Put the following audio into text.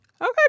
Okay